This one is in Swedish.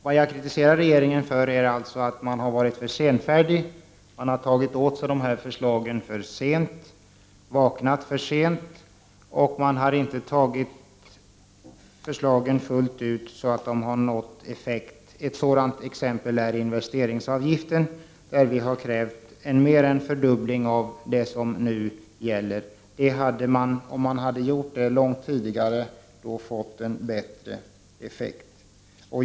Vad jag kritiserar regeringen för är att den har varit för senfärdig och har tagit till sig dessa förslag för sent, vaknat för sent. Regeringen har dessutom inte genomfört förslagen fullt ut, så att de har fått full effekt. Ett sådant exempel är investeringsavgiften, där centern har krävt mer än en fördubbling av vad som nu gäller. Om regeringen hade gjort det långt tidigare, hade man uppnått en bättre effekt.